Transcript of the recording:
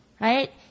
right